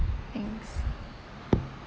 thanks